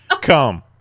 Come